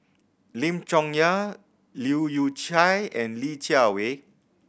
Lim Chong Yah Leu Yew Chye and Li Jiawei